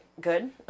good